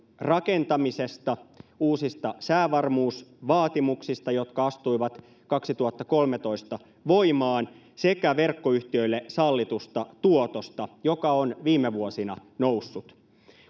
rakentamisesta uusista säävarmuusvaatimuksista jotka astuivat kaksituhattakolmetoista voimaan sekä verkkoyhtiöille sallitusta tuotosta joka on viime vuosina noussut